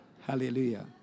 Hallelujah